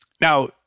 Now